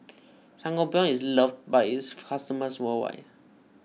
Sangobion is loved by its customers worldwide